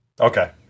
Okay